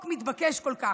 חוק מתבקש כל כך.